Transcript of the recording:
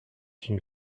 une